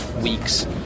weeks